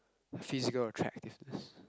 physical attractiveness